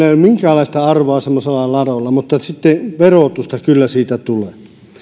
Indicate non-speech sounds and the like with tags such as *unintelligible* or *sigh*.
*unintelligible* ei ole minkäänlaista arvoa semmoisilla ladoilla mutta verotusta kyllä siitä tulee